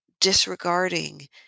disregarding